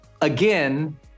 Again